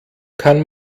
kann